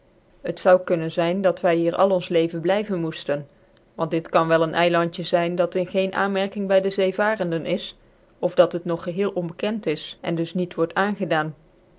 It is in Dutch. hec zoude kunnen zyn dat wy hier al ons leven blijven moeften want dit kan wel een eilandje zyn dat in geen aanmerking by de zeevarende is of dat het nog geheel onbekend is en dus niet word aangedaan